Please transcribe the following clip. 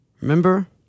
Remember